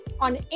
on